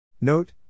Note